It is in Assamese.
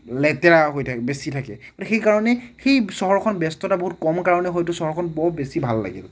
লেতেৰা হৈ থাকে বেছি থাকে সেইকাৰণে সেই চহৰখন ব্যস্ততা বহুত কম কাৰণে হয়তো চহৰখন বহুত বেছি ভাল লাগিল